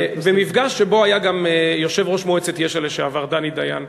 במפגש שבו היה גם יושב-ראש מועצת יש"ע לשעבר דני דיין,